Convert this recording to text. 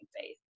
faith